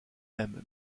même